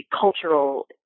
cultural